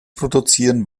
produzieren